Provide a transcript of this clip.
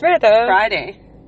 Friday